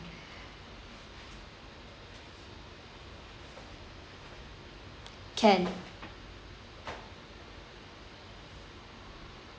can